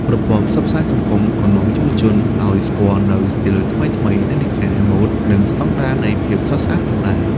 ប្រព័ន្ធផ្សព្វផ្សាយសង្គមក៏នាំយុវជនកម្ពុជាឱ្យស្គាល់នូវស្ទីលថ្មីៗ និន្នាការម៉ូដ និងស្តង់ដារនៃភាពស្រស់ស្អាតផងដែរ។